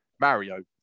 Mario